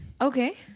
Okay